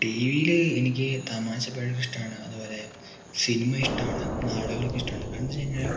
T വിയിൽ എനിക്ക് തമാശ എപ്പോഴും ഇഷ്ടമാണ് അതുപോലെ സിനിമ ഇഷ്ടാണ് നാടകങ്ങൾ ഒക്കെ ഇഷ്ടമാണ് കാരണോന്ന് വെച്ച് കഴിഞ്ഞാൽ